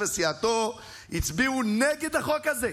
המשטרה עשתה שימוש בחוק הזה,